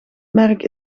merk